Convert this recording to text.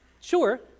sure